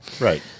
Right